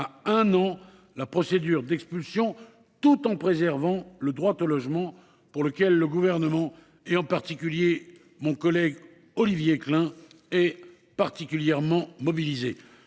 à un non. La procédure d'expulsion tout en préservant le droit au logement pour lequel le gouvernement et en particulier mon collègue Olivier Klein est particulièrement mobilisée,